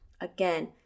Again